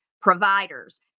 providers